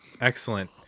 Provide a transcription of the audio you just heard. Excellent